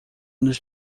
nos